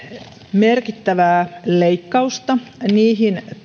merkittävää leikkausta niihin